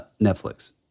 Netflix